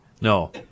no